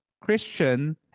Christian